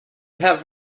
have